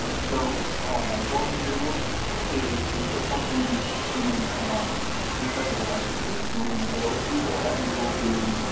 so what we do is we put something in the federal register and and we alert people that we will be